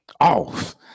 off